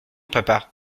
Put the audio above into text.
papa